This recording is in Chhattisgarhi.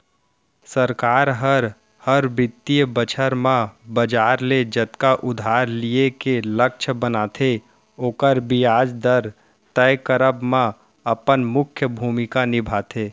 सरकार हर, हर बित्तीय बछर म बजार ले जतका उधार लिये के लक्छ बनाथे ओकर बियाज दर तय करब म अपन मुख्य भूमिका निभाथे